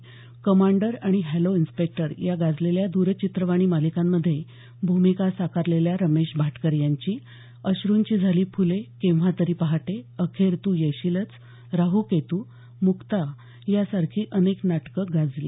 commander आणि hello inspector या गाजलेल्या दरचित्रवाणी मालिकांमध्ये भूमिका साकारलेल्या रमेश भाटकर यांची अश्रूंची झाली फुले केव्हा तरी पहाटे अखेर तू येशीलच राहू केतू मुक्ता यांसारखी अनेक नाटकं गाजली